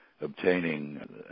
obtaining